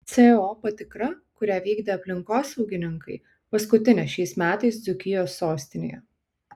co patikra kurią vykdė aplinkosaugininkai paskutinė šiais metais dzūkijos sostinėje